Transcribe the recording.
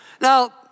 Now